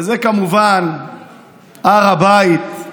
זה כמובן הר הבית,